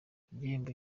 igihembo